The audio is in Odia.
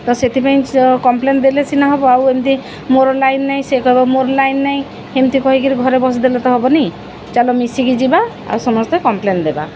ତ ସେଥିପାଇଁ କମ୍ପ୍ଲେନ୍ ଦେଲେ ସିନା ହବ ଆଉ ଏମିତି ମୋର ଲାଇନ ନାହିଁ ସେ କହିବ ମୋର ଲାଇନ ନାହିଁ ଏମିତି କହିକିରି ଘରେ ବସିଦେଲେ ତ ହବନି ଚାଲ ମିଶିକି ଯିବା ଆଉ ସମସ୍ତେ କମ୍ପ୍ଲେନ୍ ଦେବା